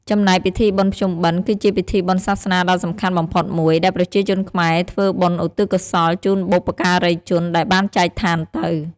ចំណែក ពិធីបុណ្យភ្ជុំបិណ្ឌ គឺជាពិធីបុណ្យសាសនាដ៏សំខាន់បំផុតមួយ ដែលប្រជាជនខ្មែរធ្វើបុណ្យឧទ្ទិសកុសលជូនបុព្វការីជនដែលបានចែកឋានទៅ។